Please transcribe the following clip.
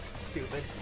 stupid